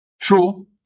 True